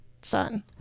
son